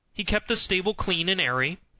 he kept the stable clean and airy,